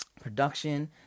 production